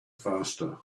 faster